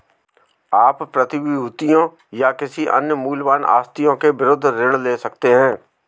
आप प्रतिभूतियों या किसी अन्य मूल्यवान आस्तियों के विरुद्ध ऋण ले सकते हैं